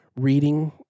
reading